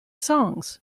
songs